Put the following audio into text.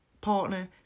partner